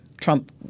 Trump